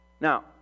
Now